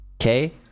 okay